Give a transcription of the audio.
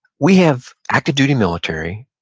we have active duty military,